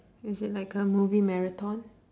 is it like a movie marathon